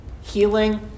healing